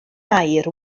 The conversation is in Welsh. aur